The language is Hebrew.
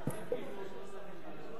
עושים כינוס שלא מן המניין ולא באים?